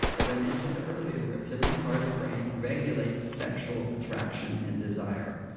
as i mentioned earlier. the reptilian part of the brain regulates sexual attraction and desire.